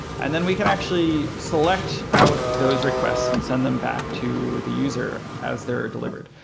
and then we can actually select out those requests and send them back to the user as they're delivered.